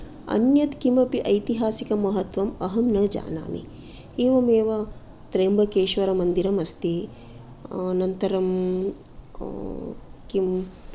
अन्यत् किमपि ऐतिहासिकमहत्वम् अहं न जानामि एवमेव त्र्यम्बकेश्वरमन्दिरम् अस्ति अनन्तरं किं